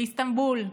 באיסטנבול.